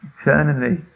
eternally